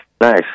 Nice